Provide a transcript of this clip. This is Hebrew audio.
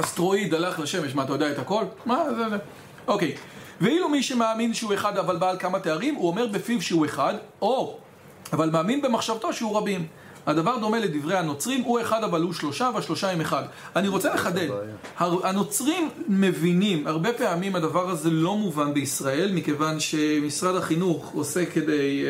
אסטרואיד הלך לשמש, מה אתה יודע את הכל? אוקיי, ואילו מי שמאמין שהוא אחד אבל בא על כמה תארים, הוא אומר בפיו שהוא אחד, או, אבל מאמין במחשבתו שהוא רבים. הדבר דומה לדברי הנוצרים, הוא אחד אבל הוא שלושה והשלושה הם אחד. אני רוצה לחדל, הנוצרים מבינים, הרבה פעמים הדבר הזה לא מובן בישראל, מכיוון שמשרד החינוך עושה כדי,